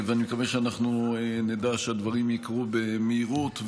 אני מקווה שאנחנו נדאג לכך שהדברים יקרו במהירות,